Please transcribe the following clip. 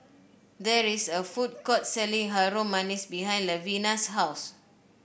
there is a food court selling Harum Manis behind Levina's house